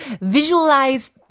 visualize